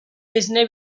esne